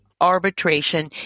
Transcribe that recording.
arbitration